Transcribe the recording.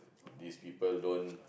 these people don't